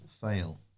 fail